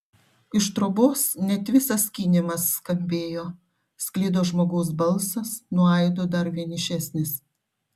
iš trobos net visas skynimas skambėjo sklido žmogaus balsas nuo aido dar vienišesnis